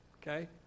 okay